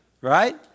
right